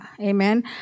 amen